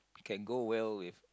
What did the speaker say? can go well with